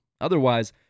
Otherwise